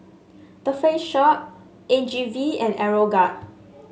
The Face Shop A G V and Aeroguard